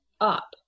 up